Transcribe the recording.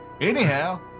Anyhow